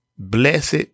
Blessed